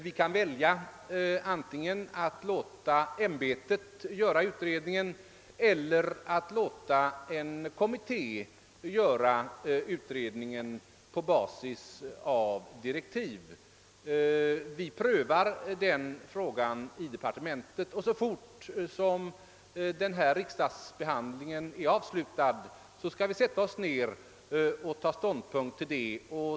Vi kan välja mellan att låta ämbetet göra utredningen och att låta en kommitté göra utredningen på basis av direktiv. Vi prövar den frågan i departementet och så snart denna riksdagsbehandling är avslutad skall vi sätta oss ner och ta ställning till det.